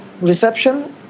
reception